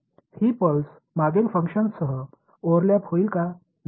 ही pulse मागील फंक्शनसह overlap होईल का